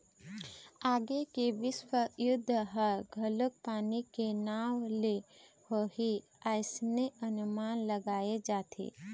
आगे के बिस्व युद्ध ह घलोक पानी के नांव ले होही अइसने अनमान लगाय जाथे